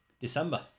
december